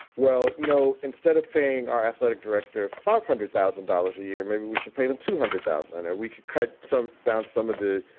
well, you know, instead of paying our athletic director five hundred thousand dollars a year, maybe we should pay them two hundred thousand or we could cut down some of the,